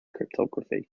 cryptography